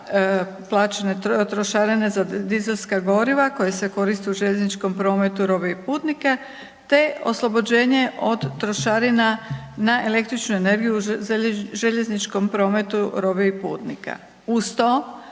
plaćene trošarine za dizelska goriva koja se koriste u željezničkom prometu, robe i putnike te oslobođenje od trošarina na električnu energiju u željezničkom prometu robe i putnika. Uz to